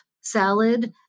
salad